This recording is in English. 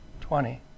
Twenty